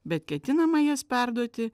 bet ketinama jas perduoti